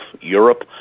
Europe